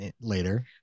later